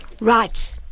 Right